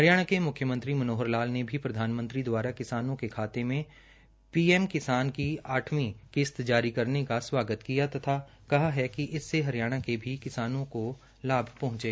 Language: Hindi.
हरियाणा के मुख्यमंत्री मनोहर लाल ने भी प्रधानमंत्री दवारा किसानों के खाते में पीएम किसान की आठवीं किस्त जारी करने का स्वागत किय है और कहा है कि इससे हरियाणा के लाखों किसान लाभान्वित होंगे